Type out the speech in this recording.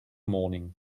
morning